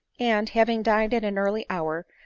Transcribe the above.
and, having dined at an early hour,